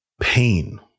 pain